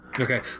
Okay